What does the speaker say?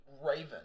Raven